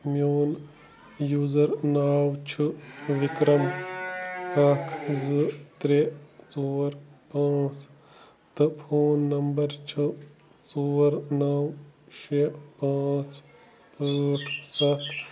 میٛون یوٗزَر ناو چھُ وِکرَم اَکھ زٕ ترٛےٚ ژور پانٛژھ تہٕ فون نمبَر چھِ ژور نَو شےٚ پانٛژھ ٲٹھ سَتھ